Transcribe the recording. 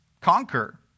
conquer